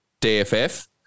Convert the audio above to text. DFF